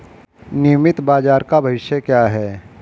नियमित बाजार का भविष्य क्या है?